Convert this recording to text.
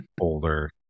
older